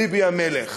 ביבי המלך.